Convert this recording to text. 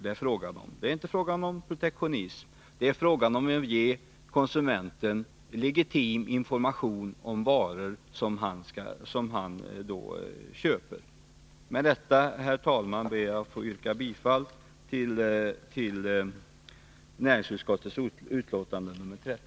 Det är inte fråga om någon protektionism, utan det är fråga om att ge konsumenten legitim information om de varor som han köper. Med detta, herr talman, ber jag att få yrka bifall till hemställan i näringsutskottets betänkande nr 13.